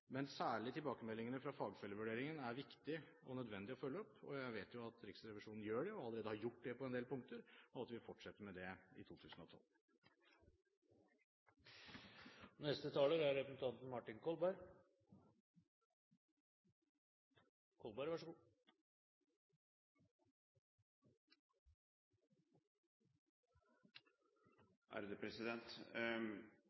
Men særlig er tilbakemeldingene fra fagfellevurderingen viktige og nødvendige å følge opp. Jeg vet at Riksrevisjonen gjør det og allerede har gjort det på en del punkter, og at de vil fortsette med det i 2012.